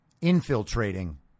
infiltrating